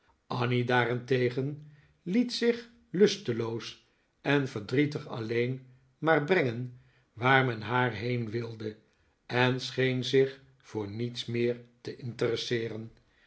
annie daarentegen liet zich lusteloos en verdrietig alleen maar brengen waar men met haar heen wilde en scheen zich voor niets meer te interesseeren